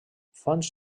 fonts